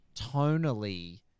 tonally